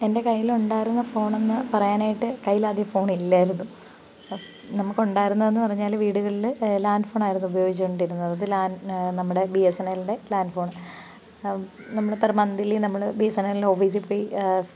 എൻ്റെ കയ്യിൽ ഉണ്ടായിരുന്ന ഫോണെന്ന് പറയാനായിട്ട് കൈയ്യിൽ ആദ്യം ഫോണില്ലായിരുന്നു നമുക്ക് ഉണ്ടായിരുന്നതെന്ന് പറഞ്ഞാൽ വീടുകളിൽ ലാൻഡ് ഫോണായിരുന്നു ഉപയോഗിച്ചോണ്ടിരുന്നത് ലാൻ നമ്മുടെ ബി എസ് എൻ എലിന്റെ ലാൻഡ് ഫോണ് നമ്മൾ പെർ മന്തിലി നമ്മൾ ബി എസ് എൻ എലിന്റെ ഓഫീസിൽ പോയി